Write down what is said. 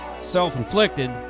Self-inflicted